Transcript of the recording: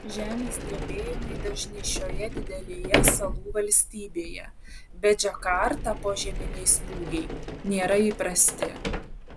žemės drebėjimai dažni šioje didelėje salų valstybėje bet džakartą požeminiai smūgiai nėra įprasti